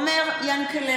בעד עומר ינקלביץ'